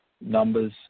numbers